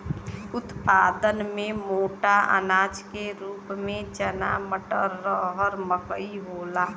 उत्पादन में मोटा अनाज के रूप में चना मटर, रहर मकई होला